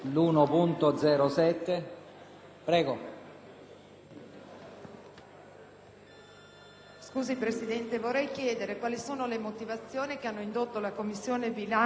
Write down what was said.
signor Presidente, vorrei chiedere quali sono le motivazioni che hanno indotto la Commissione bilancio a rendere improcedibile l'emendamento 1.0.5.